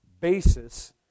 basis